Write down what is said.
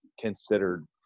considered